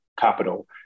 capital